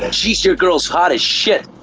sheesh, you're girl's hot as shit!